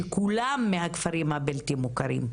שכולם מהכפרים הבלתי מוכרים,